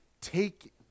take